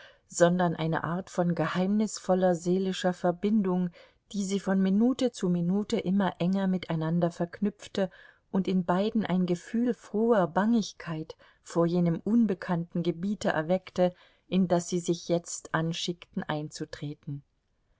sondern eine art von geheimnisvoller seelischer verbindung die sie von minute zu minute immer enger miteinander verknüpfte und in beiden ein gefühl froher bangigkeit vor jenem unbekannten gebiete erweckte in das sie sich jetzt anschickten einzutreten